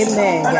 Amen